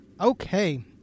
Okay